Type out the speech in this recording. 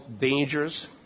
dangers